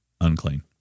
unclean